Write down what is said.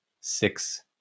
six